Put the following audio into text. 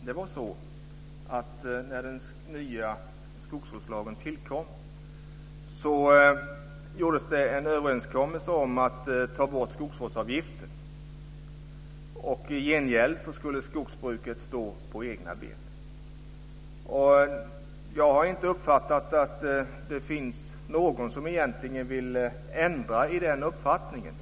Fru talman! När den nya skogsvårdslagen tillkom träffades en överenskommelse om att skogsvårdsavgiften skulle tas bort. I gengäld skulle skogsbruket stå på egna ben. Jag har inte uppfattat att det finns någon som egentligen vill ändra i den uppfattningen.